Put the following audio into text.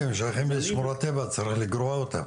כן הן שייכות לשמורת טבע, צריך לגרוע אותן